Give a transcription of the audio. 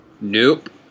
nope